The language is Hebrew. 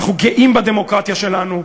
אנחנו גאים בדמוקרטיה שלנו,